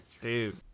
Dude